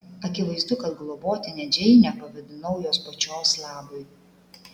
akivaizdu kad globotine džeinę pavadinau jos pačios labui